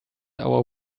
our